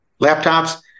laptops